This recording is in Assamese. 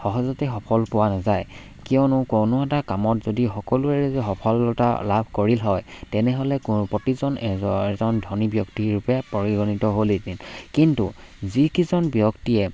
সহজতে সফল পোৱা নাযায় কিয়নো কোনো এটা কামত যদি সকলোৱে যদি সফলতা লাভ কৰিল হয় তেনেহ'লে প্ৰতিজন এ এজন ধনী ব্যক্তিৰ ৰূপে পৰিগণিত হ'ল এদিন কিন্তু যিকেইজন ব্যক্তিয়ে